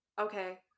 okay